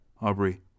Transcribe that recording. Aubrey